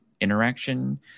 interaction